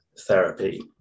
therapy